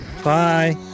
Bye